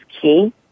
key